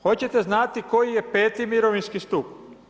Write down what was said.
Hoćete znati koji je 5.-ti mirovinski stup?